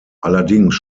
allerdings